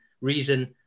reason